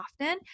often